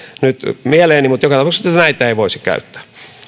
nyt mieleeni mutta joka tapauksessa näitä ei voisi käyttää